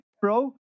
Pro